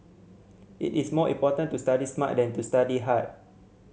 it is more important to study smart than to study hard